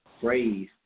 phrase